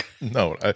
No